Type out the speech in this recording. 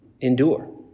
endure